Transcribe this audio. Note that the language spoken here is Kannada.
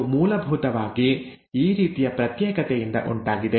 ಇದು ಮೂಲಭೂತವಾಗಿ ಈ ರೀತಿಯ ಪ್ರತ್ಯೇಕತೆಯಿಂದ ಉಂಟಾಗಿದೆ